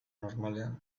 normalean